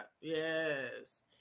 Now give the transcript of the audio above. yes